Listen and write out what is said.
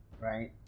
Right